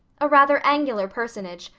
a rather angular personage,